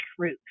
truth